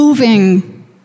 Moving